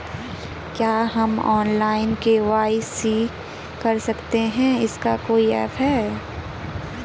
क्या हम online KYC कर सकते हैं इसका कोई ऐप है?